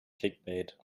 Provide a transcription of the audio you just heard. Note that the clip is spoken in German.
clickbait